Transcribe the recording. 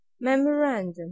Memorandum